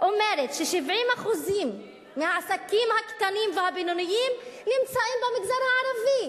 אומרת ש-70% מהעסקים הקטנים והבינוניים נמצאים במגזר הערבי,